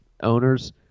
owners